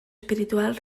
espiritual